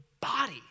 body